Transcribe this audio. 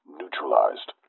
neutralized